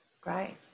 Great